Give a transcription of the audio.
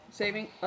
saving